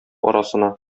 арасына